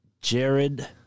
jared